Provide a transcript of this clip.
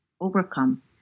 overcome